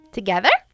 Together